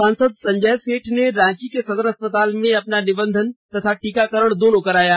सांसद संजय सेठ ने रांची के सदर अस्पताल में ही अपना निबंधन तथा टीकाकरण दोनों कराया